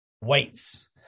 Weights